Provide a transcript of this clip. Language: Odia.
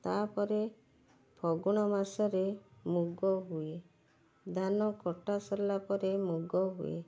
ତା'ପରେ ଫଗୁଣ ମାସରେ ମୁଗ ହୁଏ ଧାନ କଟା ସରିଲା ପରେ ମୁଗ ହୁଏ